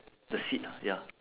the seat ya